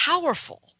powerful